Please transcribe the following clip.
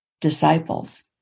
disciples